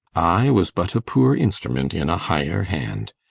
i was but a poor instrument in a higher hand.